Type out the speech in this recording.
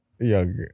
young